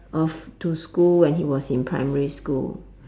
off to school when he was in primary school